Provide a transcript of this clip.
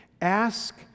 Ask